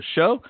Show